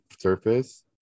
surface